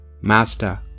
Master